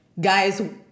guys